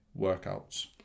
workouts